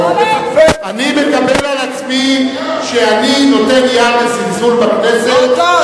אני מקבל על עצמי שאני נותן יד לזלזול בכנסת,